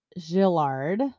Gillard